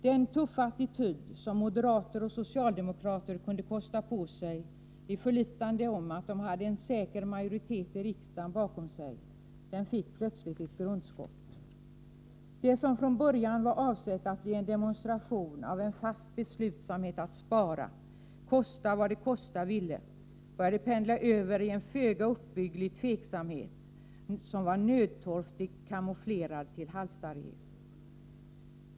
Den tuffa attityd som moderater och socialdemokrater kunde kosta på sig i förlitan på att de hade en säker majoritet i riksdagen bakom sig fick plötsligt ett grundskott. Det som från början var avsett att bli en demonstration av en fast beslutsamhet att spara, kosta vad det kosta ville, började pendla över i en föga uppbygglig tveksamhet som var nödtorftigt kamouflerad till halstarrighet.